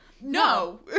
no